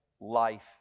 life